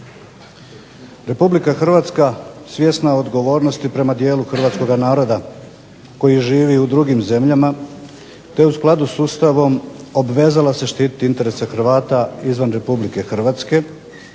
Republika Hrvatska svjesna je odgovornosti prema dijelu hrvatskoga naroda koji živi u drugim zemljama, te u skladu s Ustavom obvezala se štititi interese Hrvata izvan Republike Hrvatske,